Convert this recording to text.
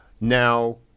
Now